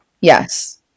Yes